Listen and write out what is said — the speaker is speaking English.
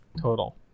total